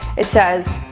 it says,